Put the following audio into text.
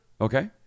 Okay